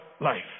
life